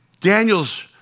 Daniel's